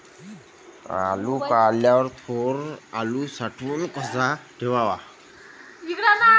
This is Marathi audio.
आलू काढल्यावर थो आलू साठवून कसा ठेवाव?